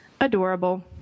adorable